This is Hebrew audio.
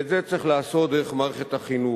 את זה צריך לעשות דרך מערכת החינוך.